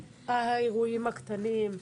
האירועים הקטנים.